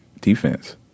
Defense